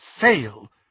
fail